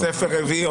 או-טו-טו ספר רביעי.